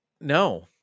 No